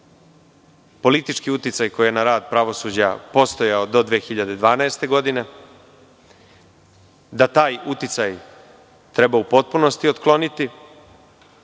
politički uticaj koji je na rad pravosuđa postojao do 2012. godine, da taj uticaj treba u potpunosti otkloniti,